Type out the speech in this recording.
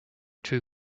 two